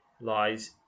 lies